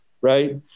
right